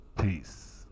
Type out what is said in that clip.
Peace